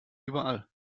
überall